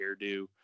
hairdo